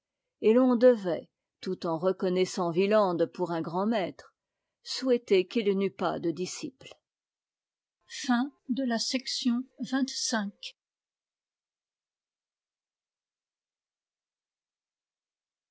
et l'on devait tout en reconnaissant wieland pour un grand maître souhaiter qu'il n'eût pas de disciples chapitre